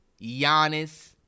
Giannis